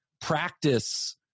practice